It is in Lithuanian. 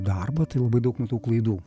darbą tai labai daug matau klaidų